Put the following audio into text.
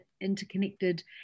interconnected